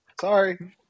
sorry